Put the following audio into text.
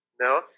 No